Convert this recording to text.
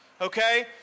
okay